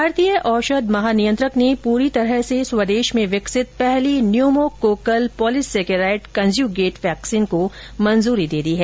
भारतीय औषध महानियंत्रक ने पूरी तरह से स्वदेश में विकसित पहली न्यूमोकोक्कल पॉलीसैकैराइड कंज्युगेट वैक्सीन को मंजूरी दे दी है